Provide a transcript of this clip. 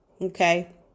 Okay